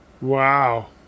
Wow